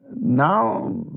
Now